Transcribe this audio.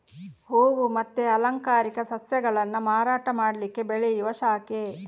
ಹೂವು ಮತ್ತೆ ಅಲಂಕಾರಿಕ ಸಸ್ಯಗಳನ್ನ ಮಾರಾಟ ಮಾಡ್ಲಿಕ್ಕೆ ಬೆಳೆಯುವ ಶಾಖೆ